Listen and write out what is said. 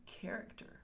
character